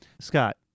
Scott